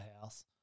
house